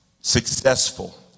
successful